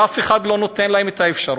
ואף אחד לא נותן להם את האפשרות.